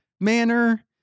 manner